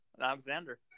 Alexander